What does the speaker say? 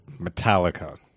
Metallica